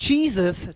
Jesus